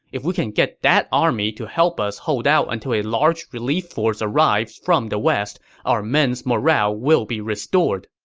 if we can get that army to help us hold out until a large relief force arrives from the west, our men's morale will be restored.